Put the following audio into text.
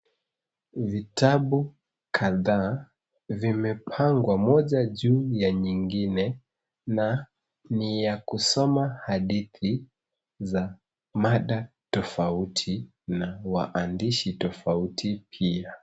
Vitabu kadhaa vimepangwa moja juu ya nyingine na ni ya kusoma hadithi ya mada tofauti na waandishi tofauti pia.